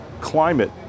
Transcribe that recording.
climate